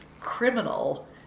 Criminal